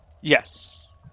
Yes